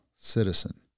citizen